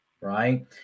right